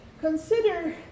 consider